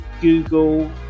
Google